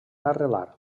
arrelar